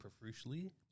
profusely